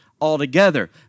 altogether